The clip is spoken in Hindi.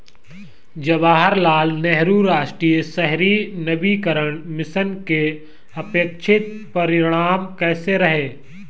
जवाहरलाल नेहरू राष्ट्रीय शहरी नवीकरण मिशन के अपेक्षित परिणाम कैसे रहे?